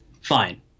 fine